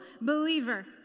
believer